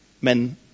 men